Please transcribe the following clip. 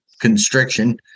constriction